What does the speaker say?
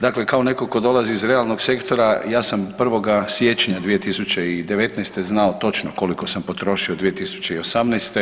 Dakle kao netko tko dolazi iz realnog sektora ja sam 1. siječnja 2019. znao točno koliko sam potrošio 2018.